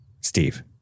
Steve